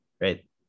right